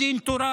בדין תורה,